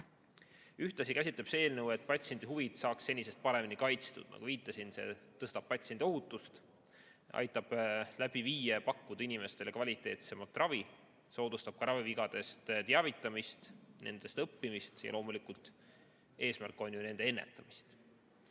Ühtlasi on eelnõu eesmärk, et patsiendi huvid saaks senisest paremini kaitstud. Nagu ma viitasin, see tõstab patsiendiohutust, aitab läbi viia ja pakkuda inimestele kvaliteetsemat ravi, soodustab ka ravivigadest teavitamist, nendest õppimist ja loomulikult eesmärk on ju nende [vigade]